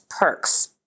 perks